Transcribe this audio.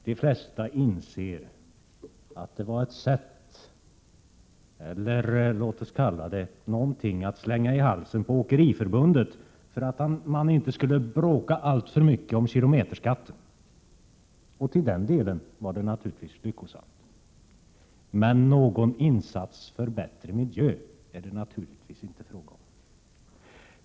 De flesta inser vad det var, låt oss kalla det för något att slänga i halsen på Åkeriförbundet för att man där inte skulle bråka alltför mycket om kilometerskatten. Till den delen var det naturligtvis lyckosamt, men någon insats för bättre miljö är det naturligtvis inte fråga om.